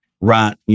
Right